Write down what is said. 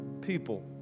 people